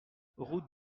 route